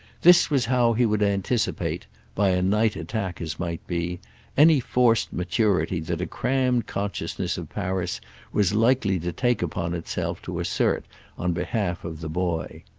this was how he would anticipate by a night-attack, as might be any forced maturity that a crammed consciousness of paris was likely to take upon itself to assert on behalf of the boy.